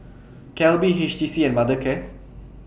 Calbee H T C and Mothercare